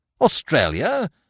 Australia